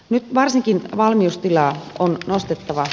nyt varsinkin valmiustilaa on nostettava